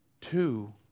Two